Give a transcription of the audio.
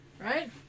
Right